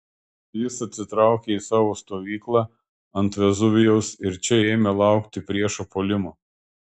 jis atsitraukė į savo stovyklą ant vezuvijaus ir čia ėmė laukti priešo puolimo